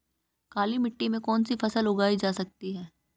काली मिट्टी में कौनसी फसल उगाई जा सकती है?